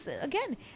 again